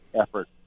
effort